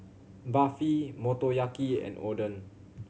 Barfi Motoyaki and Oden